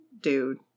dude